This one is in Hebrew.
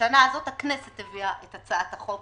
בשנה הזאת, הכנסת הביאה את הצעת החוק